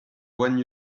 one